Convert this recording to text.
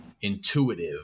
intuitive